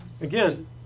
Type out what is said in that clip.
Again